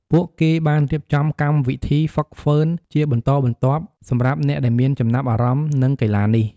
ពួកគេបានរៀបចំកម្មវិធីហ្វឹកហ្វឺនជាបន្តបន្ទាប់សម្រាប់អ្នកដែលមានចំណាប់អារម្មណ៍នឹងកីឡានេះ។